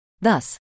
Thus